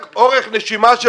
רק אורך נשימה של